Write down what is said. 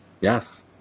yes